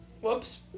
Whoops